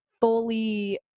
fully